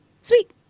Sweet